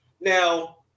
Now